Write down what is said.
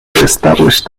established